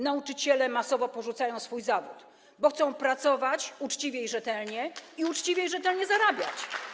Nauczyciele masowo porzucają swój zawód, bo chcą pracować uczciwie i rzetelnie i uczciwie i rzetelnie zarabiać.